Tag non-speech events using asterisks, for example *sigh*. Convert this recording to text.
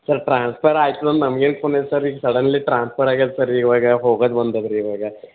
sir transfer ಆಗ್ತದ್ ಅಂತ ನಮ್ಗೇನು *unintelligible* ಈಗ ಸಡನ್ಲಿ ಟ್ರಾನ್ಸ್ಫರ್ ಆಗೈತೆ ಸರ್ ಇವಾಗ ಹೋಗದು ಬಂದಿದ್ರಿ ಇವಾಗ